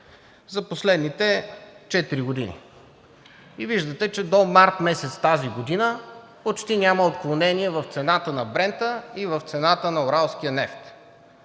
за последните четири години. И виждате, че до месец март тази година почти няма отклонение в цената на Брента и в цената на уралския нефт.